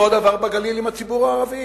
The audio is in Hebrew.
אותו דבר בגליל עם הציבור הערבי.